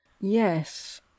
Yes